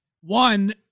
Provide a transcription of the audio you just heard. One